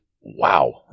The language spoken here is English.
wow